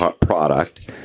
product